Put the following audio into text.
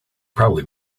probably